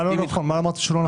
מה אמרתי שהוא לא נכון?